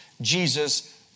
Jesus